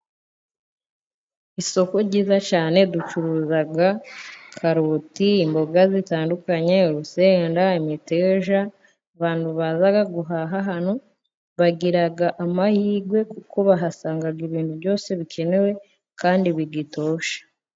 Isoko ryiza cyane ducuruza karoti, imboga zitandukanye, urusenda, imeteja. Abantu baza guhaha hano bagira amahirwe, kuko bahasanga ibintu byose bikenewe, kandi bigitoshye.